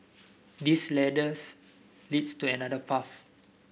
this ladders leads to another path